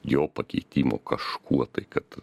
jo pakeitimo kažkuo tai kad